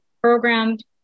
programmed